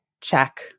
check